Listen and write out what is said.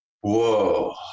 whoa